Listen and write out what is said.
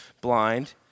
blind